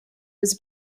was